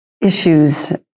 issues